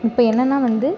இப்போ என்னன்னால் வந்து